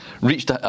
reached